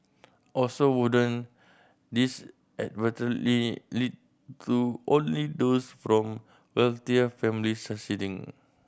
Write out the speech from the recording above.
also wouldn't this lead to only those from wealthier families succeeding